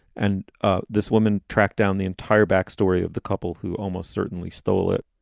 and ah this woman tracked down the entire backstory of the couple who almost certainly stole it.